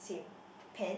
same pants